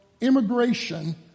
immigration